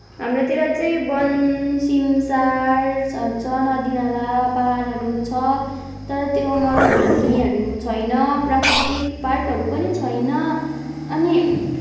हाम्रोतिर चाहिँ वन सिमसार छ नदीनाला पाहाड पाहाडहरू छ तर त्यो मरुभूमिहरू छैन प्राकृतिक पार्कहरू पनि छैन अनि